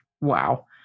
wow